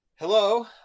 hello